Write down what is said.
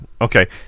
Okay